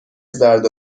زرد